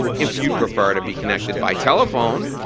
if you prefer to be connected by telephone,